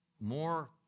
more